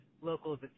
locals